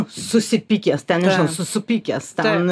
susipykęs ten nežinau su supykęs ten